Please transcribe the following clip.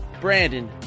Brandon